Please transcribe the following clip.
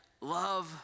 love